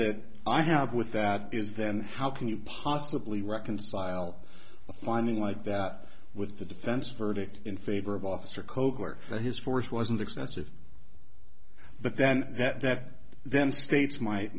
that i have with that is then how can you possibly reconcile whining like that with the defense verdict in favor of officer coke or his force wasn't excessive but then that then states m